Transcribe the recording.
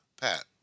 Pat